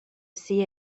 see